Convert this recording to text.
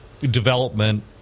development